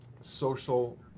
social